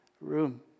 room